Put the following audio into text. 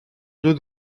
lieu